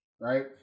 right